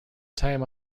time